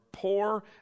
poor